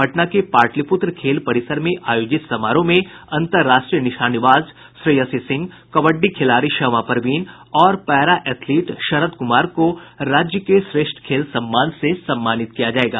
पटना के पाटलिपूत्र खेल परिसर में आयोजित समारोह में अन्तर्राष्ट्रीय निशानेबाज श्रेयसी सिंह कबड्डी खिलाड़ी शमा परवीन और पैरा एथलीट शरद कुमार को राज्य के श्रेष्ठ खेल सम्मान से सम्मानित किया जायेगा